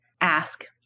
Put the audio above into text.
ask